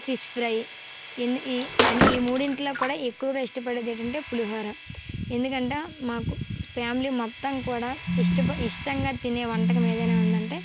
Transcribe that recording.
fish fry ఈ మూడిటిలో కూడా ఎక్కువగా ఇష్టపడేది ఏంటంటే పులిహోర ఎందుకంటే మాకు ఫ్యామిలీ మొత్తం కూడా ఇష్టంగా తినే వంటకం ఏదైనా ఉందంటే